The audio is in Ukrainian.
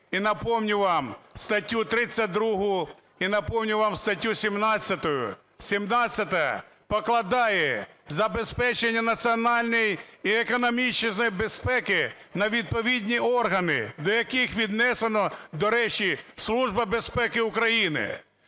і напомню вам статтю 32, і напомню вам статтю 17. 17-а покладає забезпечення національної і економічної безпеки на відповідні органи, до яких віднесена, до речі, Служба безпеки України.